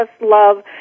love